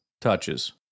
touches